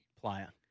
player